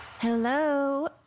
Hello